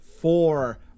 four